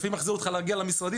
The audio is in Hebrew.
לפעמים זה מחזיר אותך להגיע למשרדים,